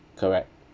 correct